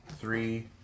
three